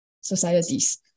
societies